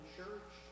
church